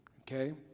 Okay